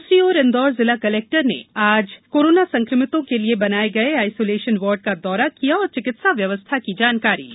दूसरी ओर इंदौर जिला कलेक्टर ने आज कोरोना संक्रमितों के लिए बनाये गये आइसोलेशन वार्ड का दौरा किया और चिकित्सा व्यवस्था की जानकारी ली